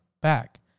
back